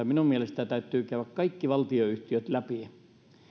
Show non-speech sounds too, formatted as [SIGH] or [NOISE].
[UNINTELLIGIBLE] minun mielestäni täytyy kaikki valtionyhtiöt käydä läpi